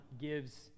gives